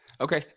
Okay